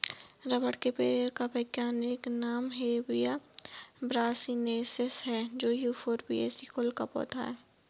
rubber के पेड़ का वैज्ञानिक नाम हेविया ब्रासिलिनेसिस है ये युफोर्बिएसी कुल का पौधा है